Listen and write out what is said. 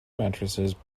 matrices